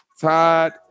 Todd